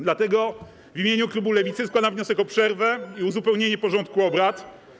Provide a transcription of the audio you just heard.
Dlatego w imieniu klubu Lewicy składam wniosek o przerwę i uzupełnienie porządku obrad.